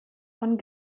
von